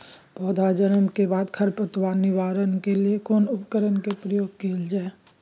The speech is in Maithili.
पौधा जन्म के बाद खर पतवार निवारण लेल केना उपकरण कय प्रयोग कैल जाय?